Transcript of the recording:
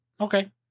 Okay